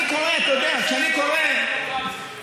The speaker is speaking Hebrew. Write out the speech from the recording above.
אתה יודע, כשאני קורא,